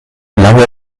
lange